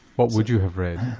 what would you have read?